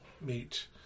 meet